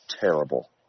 terrible